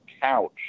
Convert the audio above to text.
couch